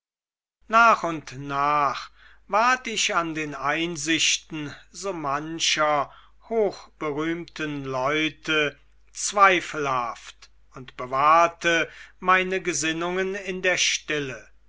nach und nach ward ich an den einsichten so mancher hochberühmten leute zweifelhaft und bewahrte meine gesinnungen in der stille